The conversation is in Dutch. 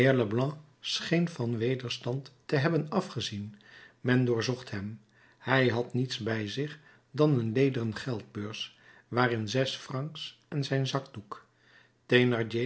scheen van wederstand te hebben afgezien men doorzocht hem hij had niets bij zich dan een lederen geldbeurs waarin zes francs en zijn zakdoek